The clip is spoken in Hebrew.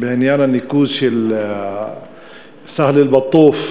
בעניין הניקוז של סהל אל-בטוף,